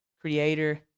Creator